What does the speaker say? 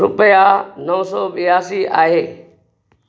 रुपिया नौ सौ ॿियासी आहे